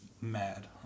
mad